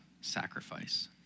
sacrifice